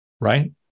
Right